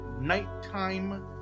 nighttime